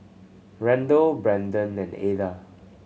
Randle Branden and Ada